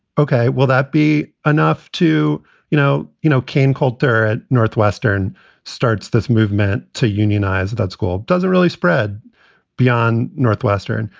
ok. will that be enough to you know. you know, kain colter at northwestern starts this movement to unionize. that that school doesn't really spread beyond northwestern.